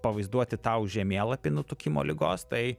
pavaizduoti tau žemėlapį nutukimo ligos tai